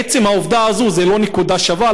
עצם העובדה הזאת היא לא נקודה שווה,